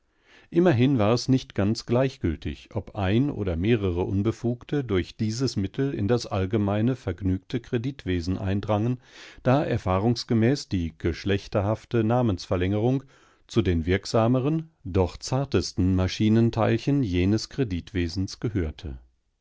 immerhin war es nicht ganz gleichgültig ob ein oder mehrere unbefugte durch dieses mittel in das allgemeine vergnügte kreditwesen eindrangen da erfahrungsgemäß die geschlechterhafte namensverlängerung zu den wirksameren doch zartesten maschinenteilchen jenes kreditwesens gehörte